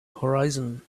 horizon